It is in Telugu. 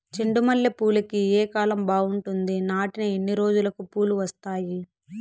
చెండు మల్లె పూలుకి ఏ కాలం బావుంటుంది? నాటిన ఎన్ని రోజులకు పూలు వస్తాయి?